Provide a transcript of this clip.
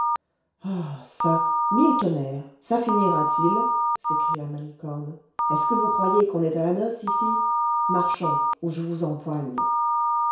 ah çà mille tonnerres ça finira-t-il s'écria malicorne est-ce que vous croyez qu'on est à la noce ici marchons ou je vous empoigne